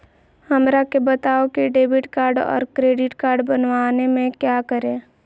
हमरा के बताओ की डेबिट कार्ड और क्रेडिट कार्ड बनवाने में क्या करें?